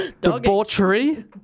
debauchery